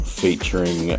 featuring